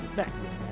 next.